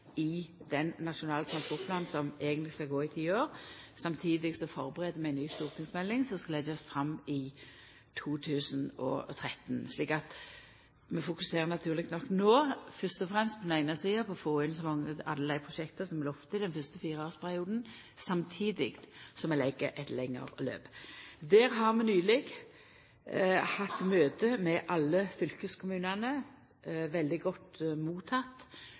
i den nasjonale transportplanen som eigentleg skal gå over ti år. Samtidig førebur vi ei ny stortingsmelding som skal leggjast fram i 2013. Vi fokuserer no, naturleg nok, fyrst og fremst på å få inn alle dei prosjekta som vi lovde i den fyrste fireårsperioden, samtidig som vi legg eit lengre løp. Vi har nyleg hatt eit møte med alle fylkeskommunane. Det vart veldig godt